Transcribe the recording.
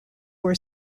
were